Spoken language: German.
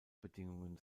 bedingungen